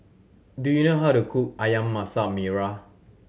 do you know how to cook Ayam Masak Merah